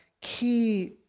key